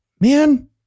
Man